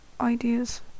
ideas